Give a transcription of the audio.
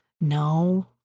No